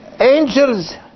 angels